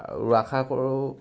আৰু আশা কৰোঁ